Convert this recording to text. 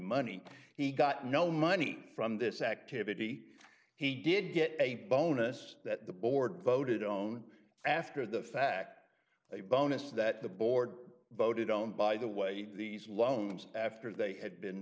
money he got no money from this activity he did get a bonus that the board voted own after the fact a bonus that the board voted on by the way these loans after they had been